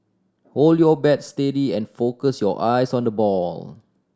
hold your bat steady and focus your eyes on the ball